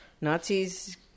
Nazis